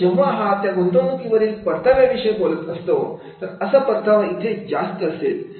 परंतु जेव्हा हा त्या गुंतवणुकीवरील परताव्या विषयी आपण बोलत असतो असा परतावा इथे जास्त असेल